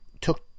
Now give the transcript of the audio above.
took